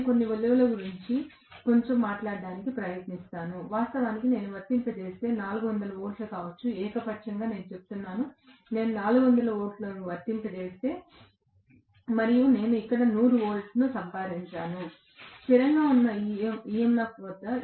నేను కొన్ని విలువల గురించి కొంచెం మాట్లాడటానికి ప్రయత్నిస్తాను వాస్తవానికి నేను వర్తింపజేస్తే 400 వోల్ట్లు కావచ్చు ఏకపక్షంగా నేను చెప్తున్నాను నేను 400 వోల్ట్లను వర్తింపజేస్తే మరియు నేను ఇక్కడ 100 వోల్ట్లు సంపాదించాను స్థిరంగా ఉన్న EMF వద్ద